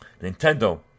Nintendo